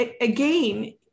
again